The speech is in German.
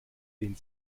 den